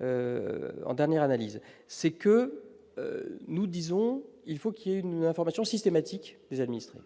en dernière analyse, c'est que nous disons, il faut qu'il y ait une information systématique des administrés